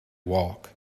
walk